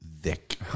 thick